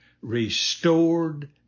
Restored